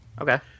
okay